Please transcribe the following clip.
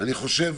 אני חושב,